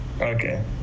Okay